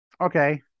okay